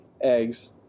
eggs